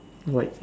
white